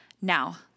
Now